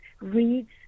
reads